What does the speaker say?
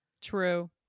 True